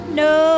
no